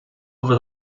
over